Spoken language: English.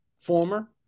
former